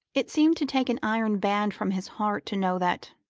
it seemed to take an iron band from his heart to know that,